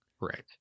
Right